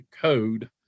code